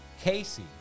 Casey